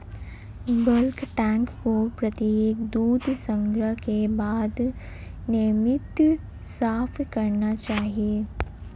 bulk tank को प्रत्येक दूध संग्रह के बाद नियमित साफ करना चाहिए